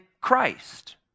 Christ